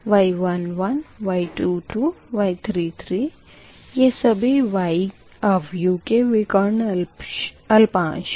Y11 Y22 Y33 यह सभी Y आव्यूह के विकर्ण अल्पांश है